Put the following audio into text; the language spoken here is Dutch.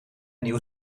nieuw